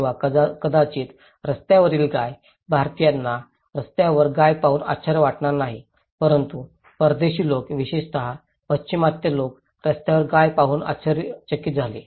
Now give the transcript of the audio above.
किंवा कदाचित रस्त्यावरील गाय भारतीयांना रस्त्यावर गाय पाहून आश्चर्य वाटणार नाही परंतु परदेशी लोक विशेषत पाश्चिमात्य लोक रस्त्यावर गाय पाहून आश्चर्यचकित झाले